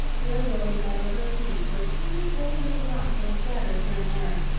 their road led over a heath where huge boulders of rock lay scattered here and there.